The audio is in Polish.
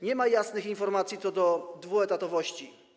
Nie ma jasnych informacji co do dwuetatowości.